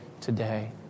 today